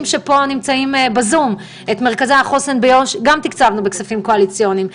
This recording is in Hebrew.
ב-3,000,000 ₪ מתוך התקציב הקואליציוני שלי.